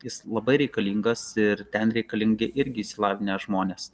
jis labai reikalingas ir ten reikalingi irgi išsilavinę žmonės